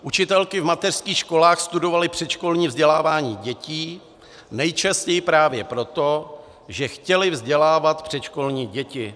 Učitelky v mateřských školách studovaly předškolní vzdělávání dětí nejčastěji právě proto, že chtěly vzdělávat předškolní děti.